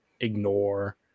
ignore